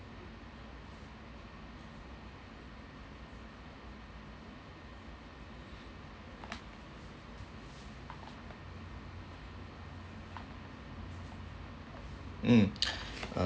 mm